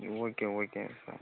இது okay okay sir